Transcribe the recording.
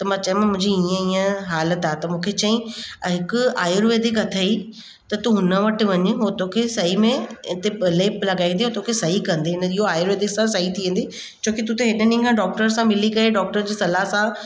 त मां चयो मुंहिंजी हीअं हीअं हालति आहे त मूंखे चयईं हिकु आयुर्वेदिक अथईं त तूं हुन वटि वञ उहो तोखे सही में हिते लेप लॻाईंदे ऐं तोखे सही कंदे हिन इहो आयुर्वेदिक सां सही थी वेंदे छोकी तूं त हेॾनि ॾींहनि खां डॉक्टर सां मिली करे डॉक्टर जी सलाह सां